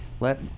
let